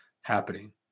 happening